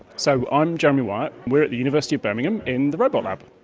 so i'm jeremy wyatt, we the university of birmingham in the robot lab.